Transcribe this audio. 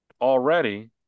already